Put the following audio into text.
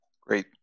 Great